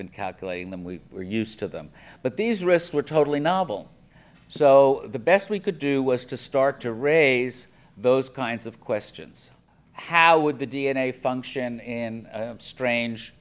been calculating them we were used to them but these risks were totally novel so the best we could do was to start to raise those kinds of questions how would the d n a function in